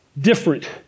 different